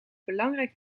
belangrijk